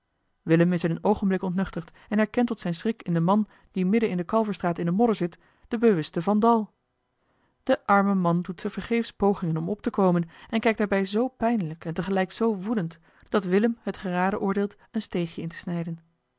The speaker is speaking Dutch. willem is in een oogenblik ontnuchterd en herkent tot zijn schrik in den man die midden in de kalverstraat in de modder zit den bewusten van dal de arme man doet tevergeefs pogingen om op te komen en kijkt daarbij zoo pijnlijk en tegelijk zoo woedend dat willem het geraden oordeelt een steegje in te snijden